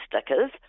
stickers